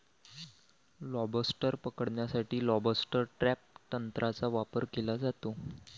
lobster पकडण्यासाठी lobster trap तंत्राचा वापर केला जातो